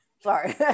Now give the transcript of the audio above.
Sorry